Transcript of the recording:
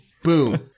Boom